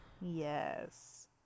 Yes